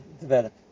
develop